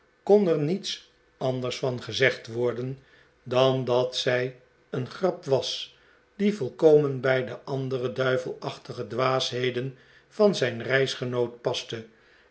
kon er niets anders van gezegd worden dan dat zij een grap was die volkomen bij de andere duivelachtige dwaasheden van zijn reisgenoot paste